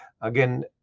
Again